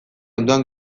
ondoan